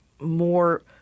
more